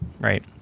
right